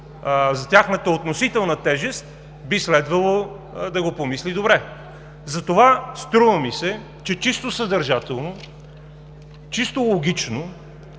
за тяхната относителна тежест, би следвало да го помисли добре. Затова ми се струва, че чисто съдържателно, чисто логично